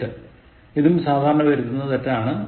എട്ട് ഇതും സാധാരണ വരുത്തുന്ന ഒരു തെറ്റാണ്